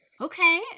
Okay